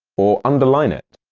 or underline it.